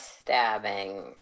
stabbing